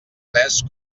tres